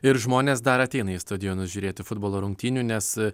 ir žmonės dar ateina į stadionus žiūrėti futbolo rungtynių nes